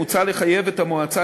מוצע לחייב את המועצה,